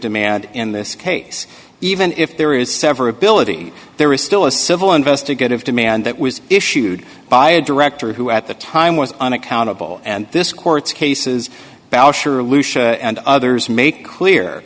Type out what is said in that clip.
demand in this case even if there is severability there is still a civil investigative demand that was issued by a director who at the time was unaccountable and this court's cases belsher lucia and others make clear